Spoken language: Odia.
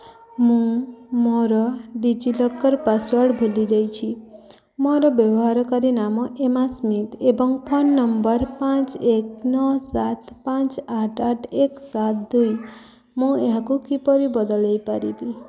ମୁଁ ମୋର ଡିଜିଲକର୍ ପାସ୍ୱାର୍ଡ଼୍ ଭୁଲି ଯାଇଛି ମୋର ବ୍ୟବହାରକାରୀ ନାମ ଏମାସ୍ମିଥ୍ ଏବଂ ଫୋନ୍ ନମ୍ବର୍ ପାଞ୍ଚ ଏକ ନଅ ସାତ ପାଞ୍ଚ ଆଠ ଆଠ ଏକ ସାତ ଦୁଇ ମୁଁ ଏହାକୁ କିପରି ବଦଳାଇ ପାରିବି